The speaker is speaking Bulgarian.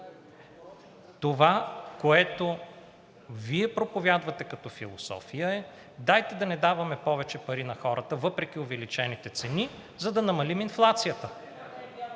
Това, което Вие проповядвате като философия, е, дайте да не даваме повече пари на хората, въпреки увеличените цени, за да намалим инфлацията.